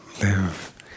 live